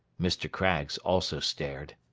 mr. craggs also stared.